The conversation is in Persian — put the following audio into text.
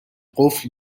قفل